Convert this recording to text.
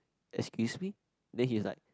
excuse me then he is like